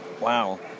wow